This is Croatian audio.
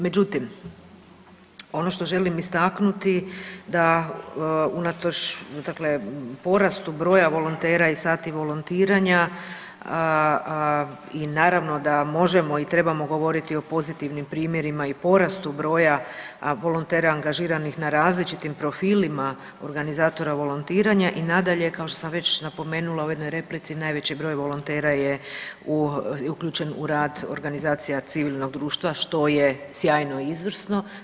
Međutim, ono što želim istaknuti da unatoč dakle porastu broja volontera i sati volontiranja i naravno da možemo i trebamo govoriti o pozitivnim primjerima i porastu broja volontera angažiranih na različitim profilima organizatora volontiranja i nadalje kao što sam već napomenula u jednoj replici najveći broj volontera je uključen u rad organizacija civilnog društva što je sjajno i izvrsno.